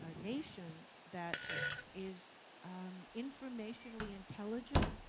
ah nation, that is um informationally-intelligent,